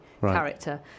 character